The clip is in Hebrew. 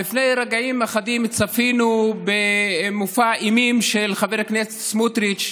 לפני רגעים אחדים צפינו במופע אימים של חבר הכנסת סמוטריץ',